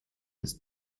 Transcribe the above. his